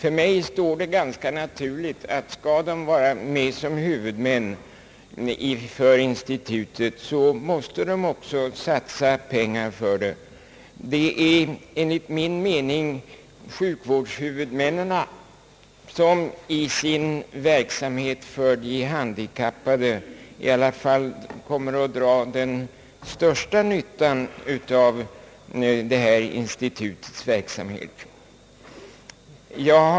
Om de skall vara med som huvudmän för institutet, tycker jag att det är ganska naturligt att de också satsar pengar för det. Det är enligt min mening sjukvårdshuvudmännen som i sin verksamhet för de handikappade 1 alla fall kommer att dra den största nyttan av institutets verksamhet.